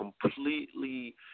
completely